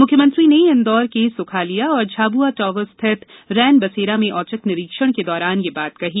मुख्यमंत्री ने इंदौर के सुखालिया और झाबुआ टावर स्थित रैन बसेरा में औचक निरीक्षण के दौरान यह बात कही